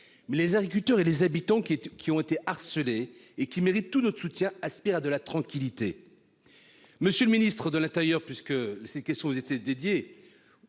mais les agriculteurs et les habitants qui étaient, qui ont été harcelés et qui mérite tout notre soutien, Aspire à de la tranquillité, monsieur le Ministre de l'Intérieur, puisque ces questions était dédiée